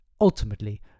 ultimately